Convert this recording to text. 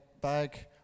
bag